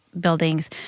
buildings